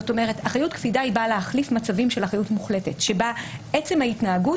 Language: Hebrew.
אחריות קפידה באה להחליף מצבים של אחריות מוחלטת בה עצם ההתנהגות